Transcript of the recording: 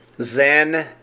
zen